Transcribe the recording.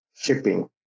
shipping